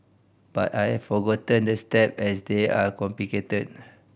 but I have forgotten the step as they are complicated